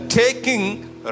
taking